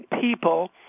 people